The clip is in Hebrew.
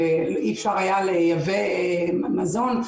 שאי אפשר היה לייבא מזון,